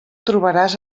trobaràs